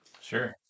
Sure